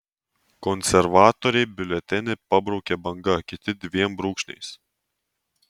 konservatoriai biuletenį pabraukia banga kiti dviem brūkšniais